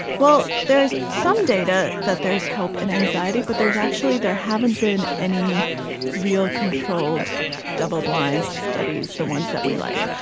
well there is some data that there is help and anxiety but there's actually there haven't been any real controlled double blind studies the ones that we like.